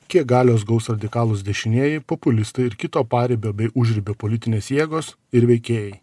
kiek galios gaus radikalūs dešinieji populistai ir kito paribio bei užribio politinės jėgos ir veikėjai